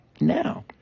now